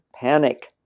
panic